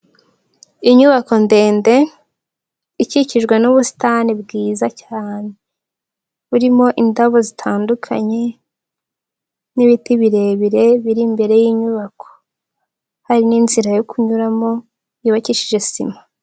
Inyubako ndende ikikijwe n'ubusitani bwiza cyane, burimo indabo zitandukanye n'ibiti birebire biri imbere y'inyubako, hari n'inzira yo kunyuramo yubakishije sima.